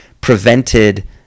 prevented